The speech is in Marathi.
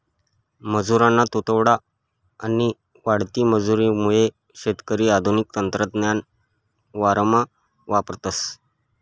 मजुरना तुटवडा आणि वाढती मजुरी मुये शेतकरी आधुनिक तंत्रज्ञान वावरमा वापरतस